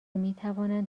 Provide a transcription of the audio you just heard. میتوانند